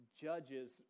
judges